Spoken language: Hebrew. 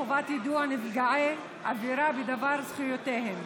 חובת יידוע נפגעי עבירה בדבר זכויותיהם).